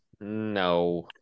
no